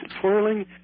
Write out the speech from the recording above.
twirling